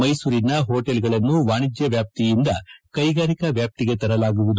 ಮೈಸೂರಿನ ಹೋಟೆಲ್ಗಳನ್ನು ವಾಣಿಜ್ಯ ವ್ಯಾಪ್ತಿಯಿಂದ ಕೈಗಾರಿಕಾ ವ್ಯಾಪ್ತಿಗೆ ತರಲಾಗುವುದು